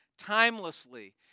timelessly